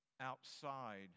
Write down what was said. outside